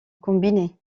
combiné